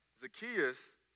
Zacchaeus